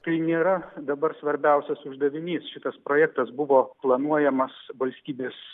tai nėra dabar svarbiausias uždavinys šitas projektas buvo planuojamas valstybės